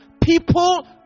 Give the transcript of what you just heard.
people